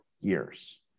years